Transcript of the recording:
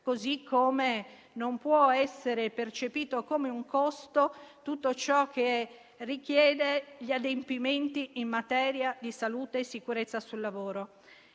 così come non può essere percepito come un costo tutto ciò che richiede gli adempimenti in materia di salute e sicurezza sul lavoro.